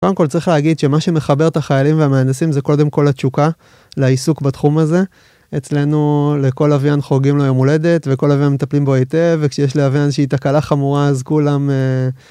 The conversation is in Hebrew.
קודם כל צריך להגיד שמה שמחבר את החיילים והמהנדסים זה קודם כל התשוקה לעיסוק בתחום הזה, אצלנו לכל לוויין חוגגים לו יום הולדת, וכל לווין מטפלים בו היטב, וכשיש ללוויין איזושהי תקלה חמורה אז כולם...